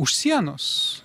už sienos